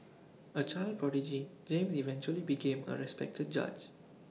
A child prodigy James eventually became A respected judge